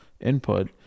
input